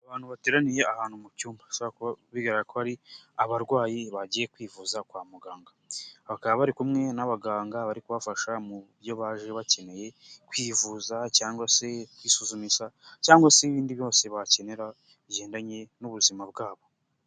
Abantu bateraniye ahantu mu cyumba bishobora kuba bigaragara ko ari abarwayi bagiye kwivuza kwa muganga bakaba bari kumwe n'abaganga bari kubafasha mu byo baje bakeneye kwivuza cyangwa se kwisuzumisha cyangwa se ibindi byose bakenera bigendanye n'ubuzima bwabo.